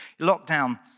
Lockdown